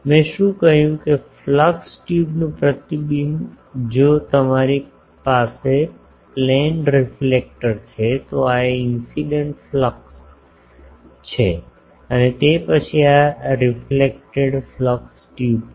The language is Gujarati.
મેં શું કહ્યું કે ફ્લક્સ ટ્યુબનું પ્રતિબિંબ જો તમારી પાસે પ્લેન રિફ્લેક્ટર છે તો આ ઇન્સીડેંટ ફ્લક્સ ટ્યુબ છે અને તે પછી આ રીફ્લેક્ટેડ ફ્લક્સ ટ્યુબ છે